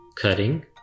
cutting